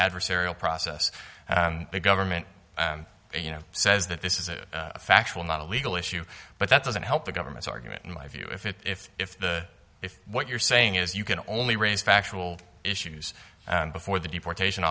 adversarial process and the government you know says that this is a factual not a legal issue but that doesn't help the government's argument in my view if if if the if what you're saying is you can only raise factual issues before the deportation